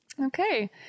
Okay